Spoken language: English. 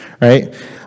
right